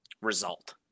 result